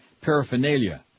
paraphernalia